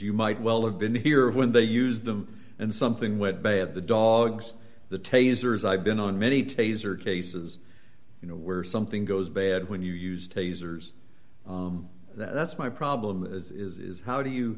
you might well have been here when they use them and something went bad the dogs the tasers i've been on many taser cases you know where something goes bad when you use tasers that's my problem as is is how do you